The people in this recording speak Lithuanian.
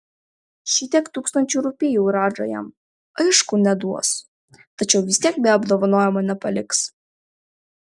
šitiek tūkstančių rupijų radža jam aišku neduos tačiau vis tiek be apdovanojimo nepaliks